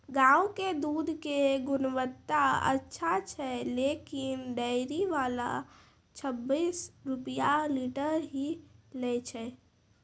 गांव के दूध के गुणवत्ता अच्छा छै लेकिन डेयरी वाला छब्बीस रुपिया लीटर ही लेय छै?